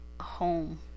home